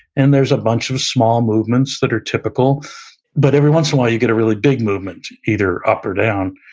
and there's a bunch of small movements that are typical but every once in while, you get a really big movement either up or down,